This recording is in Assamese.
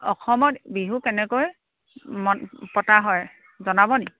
অসমত বিহু কেনেকৈ পতা হয় জনাবনি